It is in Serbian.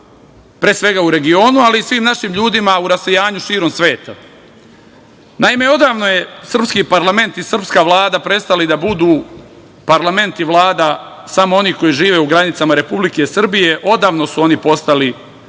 pre svega u regionu, ali i svim našim ljudima u rasejanju širom sveta. Naime, odavno su srpski parlament i srpska Vlada prestali da budu parlament i Vlada samo onih koji žive u granicama Republike Srbije, odavno su oni postali